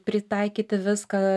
pritaikyti viską